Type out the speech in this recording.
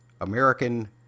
American